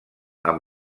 amb